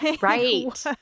right